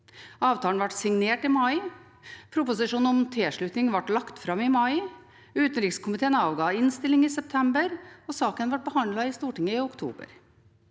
Avtalen ble signert i mai. Proposisjonen om tilslutning ble lagt fram i mai. Utenrikskomiteen avga innstilling i september, og saken ble behandlet i Stortinget i oktober.